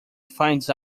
finds